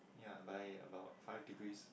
ya buy it about five degrees